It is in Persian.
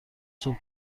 صبح